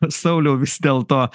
sauliau vis dėlto